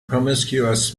promiscuous